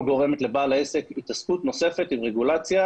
גורמת לבעל העסק התעסקות נוספת עם רגולציה,